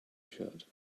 tshirt